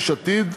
יש עתיד,